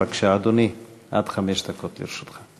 בבקשה, אדוני, עד חמש דקות לרשותך.